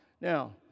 Now